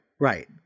right